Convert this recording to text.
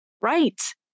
right